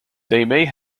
they